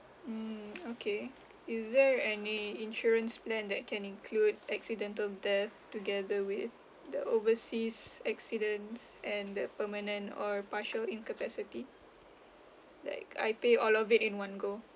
mm okay is there any insurance plan that can include accidental death together with the overseas accidents and the permanent or partial incapacity like I pay all of it in one go